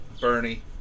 Bernie